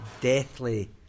deathly